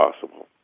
possible